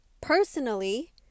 personally